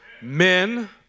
men